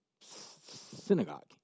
synagogue